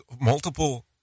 multiple